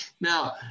Now